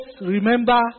remember